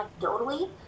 anecdotally